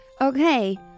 Okay